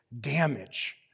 damage